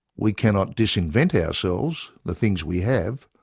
we cannot dis-invent ourselves, the things we have,